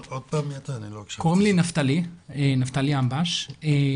מכירים אותי מהתחקיר שהיה על